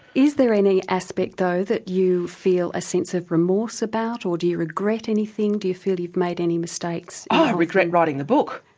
is there any aspect, though, that you feel a sense of remorse about, or do you regret anything-do you feel you've made any mistakes? oh, i regret writing the book.